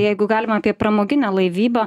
jeigu galima apie pramoginę laivybą